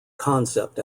concept